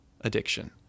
addiction